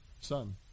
son